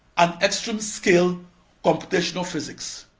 and extreme-scale computational physics